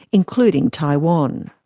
including taiwan.